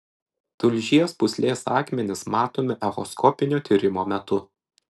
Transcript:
tulžies pūslės akmenys matomi echoskopinio tyrimo metu